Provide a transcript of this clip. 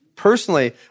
Personally